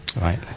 Right